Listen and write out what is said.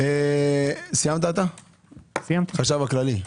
החשב הכללי.